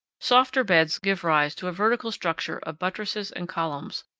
softer beds give rise to a vertical structure of buttresses and columns,